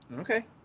Okay